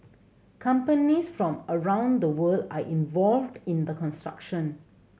companies from around the world are involved in the construction